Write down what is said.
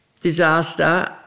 disaster